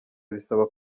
bisaba